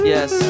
Yes